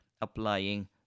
applying